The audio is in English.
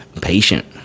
patient